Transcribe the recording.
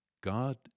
God